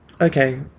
okay